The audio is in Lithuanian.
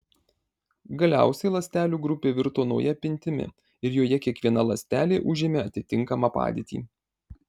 galiausiai ląstelių grupė virto nauja pintimi ir joje kiekviena ląstelė užėmė atitinkamą padėtį